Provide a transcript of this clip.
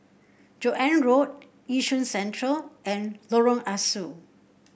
Joan Road Yishun Central and Lorong Ah Soo